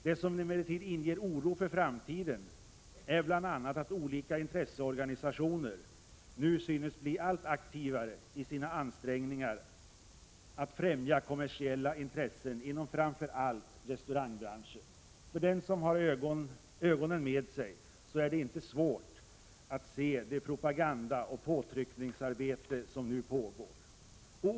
Det som emellertid inger oro för framtiden är bl.a. att olika intresseorganisationer nu synes bli allt aktivare i sina ansträngningar att främja sina kommersiella intressen inom framför allt restaurangbranschen. För den som har ögonen med sig är det inte svårt att se det propagandaoch påtryckningsarbete som pågår.